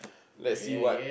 let's see what